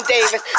Davis